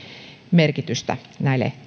merkitystä näille